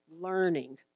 learning